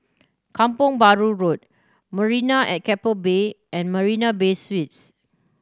Kampong Bahru Road Marina at Keppel Bay and Marina Bay Suites